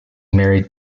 married